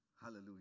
Hallelujah